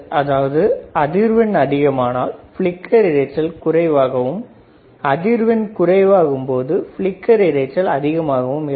அதாவது அதிர்வெண் அதிகமானால் ஃபிளிக்கர் இரைச்சல் குறைவாகவும் அதிர்வெண் குறைவாகும் பொழுது ஃபிளிக்கர் இரைச்சல் அதிகமாகவும் இருக்கும்